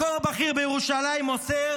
מקור בכיר בירושלים מוסר